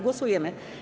Głosujemy.